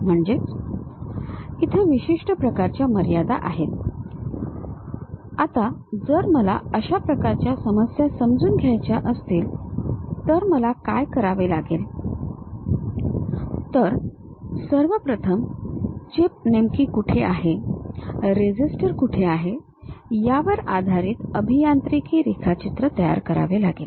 म्हणजेच इथं विशिष्ट प्रकारच्या मर्यादा आहेत आता जर मला अशा प्रकारच्या समस्या समजून घ्यायच्या असतील तर मला काय करावे लागेल तर सर्वप्रथम चिप नेमकी कुठे आहे रेझिस्टर कुठे आहे यावर आधारित अभियांत्रिकी रेखाचित्र तयार करावे लागेल